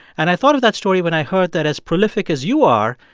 and i thought of that story when i heard that as prolific as you are,